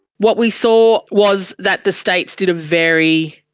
what we saw was that the states did a very,